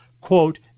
quote